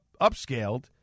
upscaled